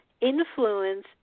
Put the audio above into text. influence